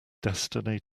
destiny